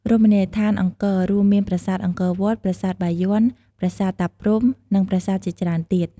រមណីយដ្ឋានអង្គរ រួមមានប្រាសាទអង្គរវត្ត ប្រាសាទបាយ័ន ប្រាសាទតាព្រហ្ម និងប្រាសាទជាច្រើនទៀត។